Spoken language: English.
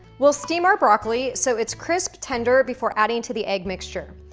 we'll steam our broccoli so it's crisp tender before adding to the egg mixture.